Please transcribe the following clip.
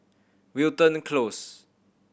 Wilton Close